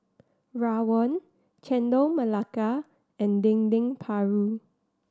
rawon Chendol Melaka and Dendeng Paru